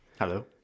hello